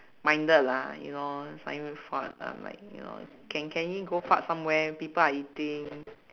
minded lah you know it's not even fun I'm like you know can can he go fart somewhere people are eating